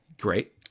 Great